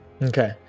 okay